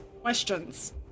questions